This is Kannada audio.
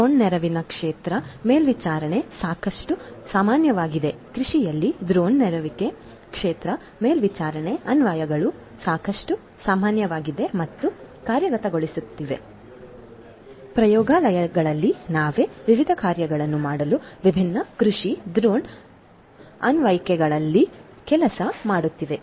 ಡ್ರೋನ್ ನೆರವಿನ ಕ್ಷೇತ್ರ ಮೇಲ್ವಿಚಾರಣೆ ಸಾಕಷ್ಟು ಸಾಮಾನ್ಯವಾಗಿದೆ ಕೃಷಿಯಲ್ಲಿ ಡ್ರೋನ್ ನೆರವಿನ ಕ್ಷೇತ್ರ ಮೇಲ್ವಿಚಾರಣಾ ಅನ್ವಯಗಳು ಸಾಕಷ್ಟು ಸಾಮಾನ್ಯವಾಗಿದೆ ಮತ್ತು ಕಾರ್ಯಗತಗೊಳ್ಳುತ್ತಿವೆ ಪ್ರಯೋಗಾಲಯದಲ್ಲಿ ನಾವೇ ವಿವಿಧ ಕಾರ್ಯಗಳನ್ನು ಮಾಡಲು ವಿಭಿನ್ನ ಕೃಷಿ ಡ್ರೋನ್ ಅನ್ವಯಿಕೆಗಳಲ್ಲಿ ಕೆಲಸ ಮಾಡುತ್ತಿದ್ದೇವೆ